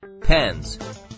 Pens